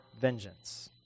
vengeance